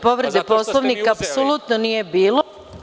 Povrede Poslovnika apsolutno nije bilo.